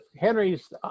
Henry's